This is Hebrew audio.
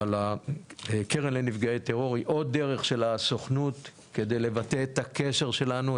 אבל הקרן לנפגעי טרור היא עוד דרך של הסוכנות כדי לבטא את הקשר שלנו,